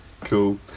Cool